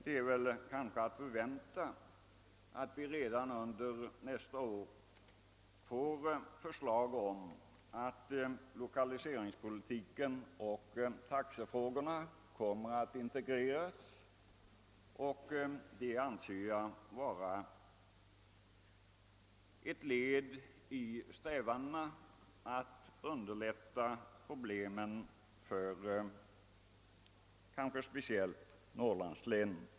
Ett förslag om att lokaliseringspolitiken och taxefrågorna skall integreras har emellertid aviserats och kan kanske väntas redan nästa år. Detta anser jag vara ett led i strävandena att underlätta lösningen av problemet för speciellt Norrlandslänen.